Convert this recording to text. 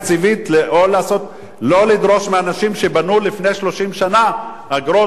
לדרוש מאנשים שבנו לפני 30 שנה אגרות והיטלים,